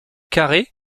carré